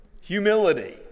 Humility